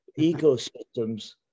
ecosystems